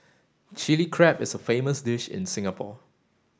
Chilli Crab is a famous dish in Singapore